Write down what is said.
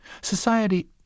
Society